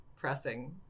pressing